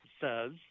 says